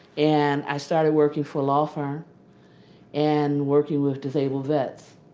and i started working for a law firm and working with disabled vets.